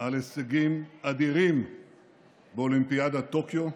על הישגים אדירים באולימפיאדת טוקיו.